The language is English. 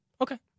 Okay